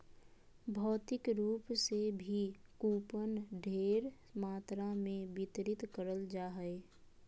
भौतिक रूप से भी कूपन ढेर मात्रा मे वितरित करल जा हय